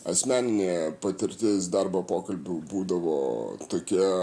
asmeninė patirtis darbo pokalbių būdavo tokia